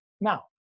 Now